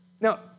Now